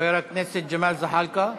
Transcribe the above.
חבר הכנסת ג'מאל זחאלקה.